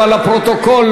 אבל לפרוטוקול,